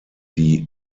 die